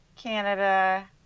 Canada